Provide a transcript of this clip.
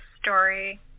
story